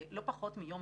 כולו.